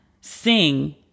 sing